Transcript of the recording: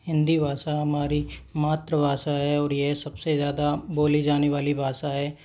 हिंदी भाषा हमारी मातृभाषा है और यह सब से ज़्यादा बोली जाने वाली भाषा है